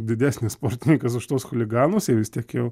didesnis sportininkas už tuos chuliganus tai vis tiek jau